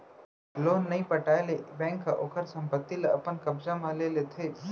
loan नइ पटाए ले बेंक ह ओखर संपत्ति ल अपन कब्जा म ले लेथे